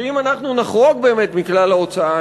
שאם אנחנו נחרוג מכלל ההוצאה,